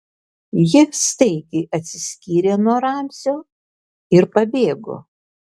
ji staigiai atsiskyrė nuo ramzio ir pabėgo